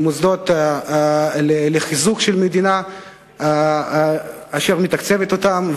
מוסדות לחיזוק המדינה אשר מתקצבת אותם,